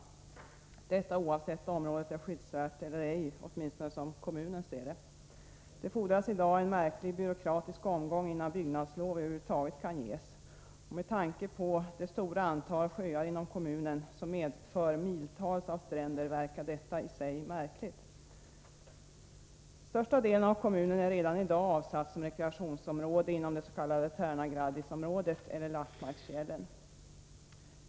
Detta gäller oavsett om området är skyddsvärt eller ej — åtminstone enligt kommunens uppfattning. Det fordras i dag en märklig byråkratisk omgång, innan byggnadslov över huvud taget kan ges. Med tanke på det stora antalet sjöar inom kommunen, med miltals med stränder, synes detta märkligt. Kommunen är i dag huvudsakligen ett rekreationsområde inom det s.k. Tärna-Graddis-området, dvs. Lappmarksfjällen.